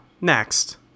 next